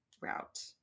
route